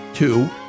Two